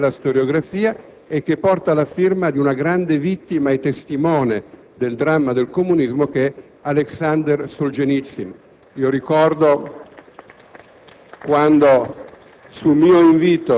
ma un'opinione largamente diffusa nella storiografia e che porta la firma di una grande vittima e testimone del dramma del comunismo, cioè Alexander Solgenitsin. Ricordo